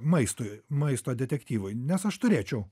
maistui maisto detektyvui nes aš turėčiau